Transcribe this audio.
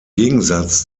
gegensatz